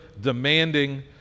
demanding